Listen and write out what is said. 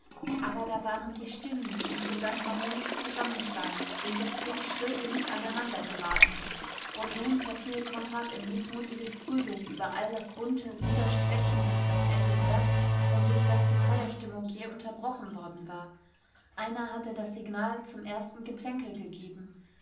aber da waren die stimmen die im gesang harmonisch zusammenklangen im gespräch schrill genug aneinander geraten und nun verfiel konrad in mißmutiges grübeln über all das bunte widersprechende das er gehört und durch das die feierstimmung jäh unterbrochen worden war einer hatte das signal zum ersten geplänkel gegeben